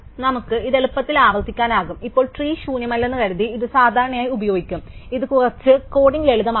നമുക്ക് ഇത് എളുപ്പത്തിൽ ആവർത്തിക്കാനാകും ഇപ്പോൾ ട്രീ ശൂന്യമല്ലെന്ന് കരുതി ഇത് സാധാരണയായി ഉപയോഗിക്കും ഇത് കുറച്ച് കോഡിംഗ് ലളിതമാക്കുന്നു